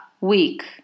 Week